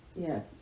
Yes